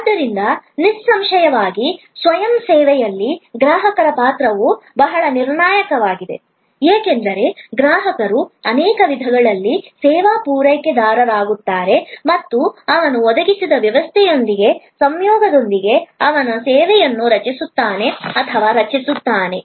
ಆದ್ದರಿಂದ ನಿಸ್ಸಂಶಯವಾಗಿ ಸ್ವಯಂ ಸೇವೆಯಲ್ಲಿ ಗ್ರಾಹಕರ ಪಾತ್ರವು ಬಹಳ ನಿರ್ಣಾಯಕವಾಗಿದೆ ಏಕೆಂದರೆ ಗ್ರಾಹಕರು ಅನೇಕ ವಿಧಗಳಲ್ಲಿ ಸೇವಾ ಪೂರೈಕೆದಾರರಾಗುತ್ತಾರೆ ಮತ್ತು ಅವನು ಒದಗಿಸಿದ ವ್ಯವಸ್ಥೆಯೊಂದಿಗೆ ಸಂಯೋಗದೊಂದಿಗೆ ಅವನು ಸೇವೆಯನ್ನು ರಚಿಸುತ್ತಾನೆ ಅಥವಾ ರಚಿಸುತ್ತಾನೆ